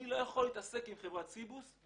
אני לא יכול להתעסק עם חברת סיבוס,